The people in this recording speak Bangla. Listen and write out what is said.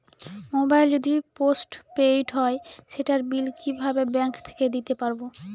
মোবাইল যদি পোসট পেইড হয় সেটার বিল কিভাবে ব্যাংক থেকে দিতে পারব?